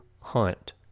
hunt